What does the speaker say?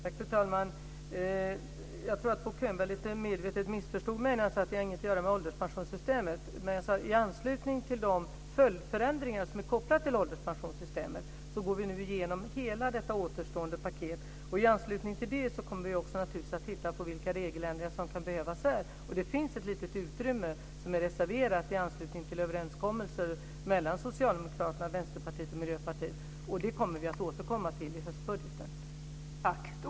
Fru talman! Jag tror att Bo Könberg medvetet missförstod mig när han sade att det inget har att göra med ålderspensionssystemet. Jag sade att vi i anslutning till de följdförändringar som är kopplade till ålderspensionssystemet går igenom hela detta återstående paket. I anslutning till det kommer vi naturligtvis också att titta på vilka regeländringar som kan behövas där. Det finns ett litet utrymme som är reserverat i anslutning till överenskommelser mellan Socialdemokraterna, Vänsterpartiet och Miljöpartiet. Det kommer vi att återkomma till i höstbudgeten.